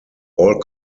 all